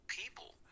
people